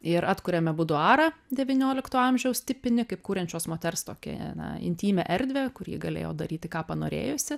ir atkuriame buduarą devyniolikto amžiaus tipinį kaip kuriančios moters tokį intymią erdvę kur ji galėjo daryti ką panorėjusi